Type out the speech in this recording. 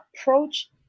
approach